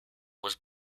was